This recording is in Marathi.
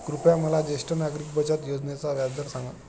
कृपया मला ज्येष्ठ नागरिक बचत योजनेचा व्याजदर सांगा